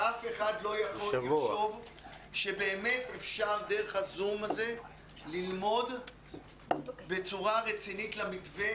שאף אחד לא יחשוב שבאמת אפשר דרך הזום הזה ללמוד בצורה רצינית למתווה,